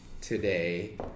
today